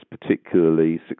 particularly